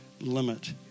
limit